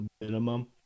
minimum